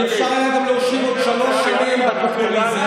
אפשר היה גם להושיב עוד שלוש שנים בפופוליזם.